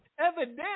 Evidently